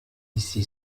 ici